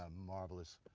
um marvelous.